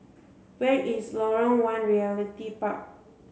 where is Lorong one Realty Park